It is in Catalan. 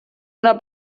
una